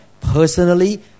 personally